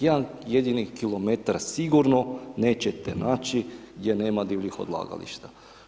Jedan jedini kilometar, sigurno nećete naći gdje nema divljih odlagališta.